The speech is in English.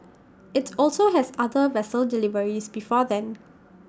IT also has other vessel deliveries before then